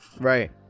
Right